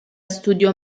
studiò